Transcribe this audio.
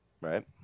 Right